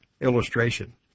illustration